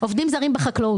עובדים זרים בחקלאות.